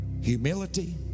humility